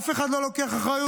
אף אחד לא לוקח אחריות.